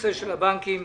של הבנקים.